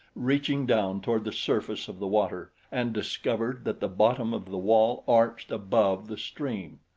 reaching down toward the surface of the water, and discovered that the bottom of the wall arched above the stream.